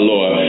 Lord